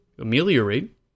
Ameliorate